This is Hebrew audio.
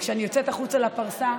כשאני יוצאת החוצה לפרסה,